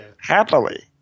happily